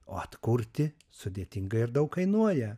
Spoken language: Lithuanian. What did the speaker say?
o atkurti sudėtinga ir daug kainuoja